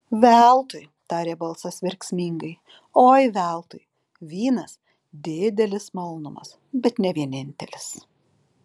veltui tarė balsas verksmingai oi veltui vynas didelis malonumas bet ne vienintelis